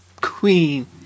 queen